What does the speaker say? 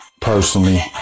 personally